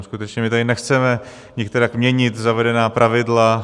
Skutečně my tady nechceme nikterak měnit zavedená pravidla.